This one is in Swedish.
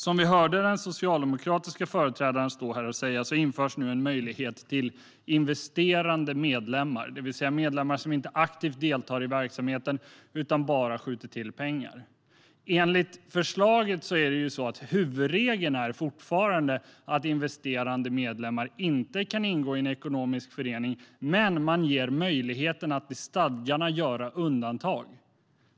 Som vi hörde den socialdemokratiska företrädaren stå här och säga införs nu en möjlighet till investerande medlemmar, det vill säga medlemmar som inte aktivt deltar i verksamheten utan bara skjuter till pengar. Enligt förslaget är huvudregeln fortfarande att investerande medlemmar inte kan ingå i en ekonomisk förening, men man ger möjligheten att göra undantag i stadgarna.